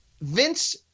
Vince